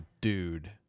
dude